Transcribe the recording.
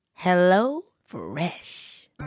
HelloFresh